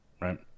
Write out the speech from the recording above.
right